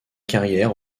carrière